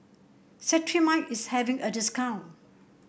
Cetrimide is having a discount